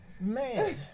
Man